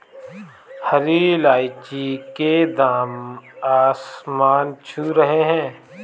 हरी इलायची के दाम आसमान छू रहे हैं